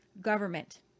Government